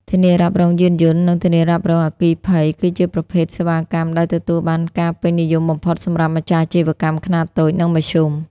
ធានារ៉ាប់រងយានយន្ត និងធានារ៉ាប់រងអគ្គិភ័យ គឺជាប្រភេទសេវាកម្មដែលទទួលបានការពេញនិយមបំផុតសម្រាប់ម្ចាស់អាជីវកម្មខ្នាតតូច និងមធ្យម ។